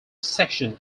section